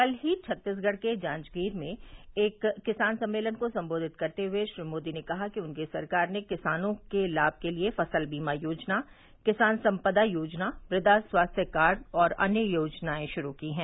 कल ही छत्तीसगढ के जांजगीर में एक किसान सम्मेलन को सम्बोधित करते हए श्री मोदी ने कहा कि उनकी सरकार ने किसानों के लाम के लिए फसल बीमा योजना किसान सम्पदा योजना मृद्रा स्वास्थ्य कार्ड और अन्य योजनाएं शुरू की हैं